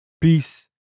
Peace